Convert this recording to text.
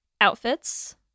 outfits